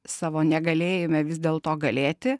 savo negalėjime vis dėlto galėti